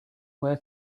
way